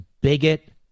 bigot